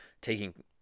taking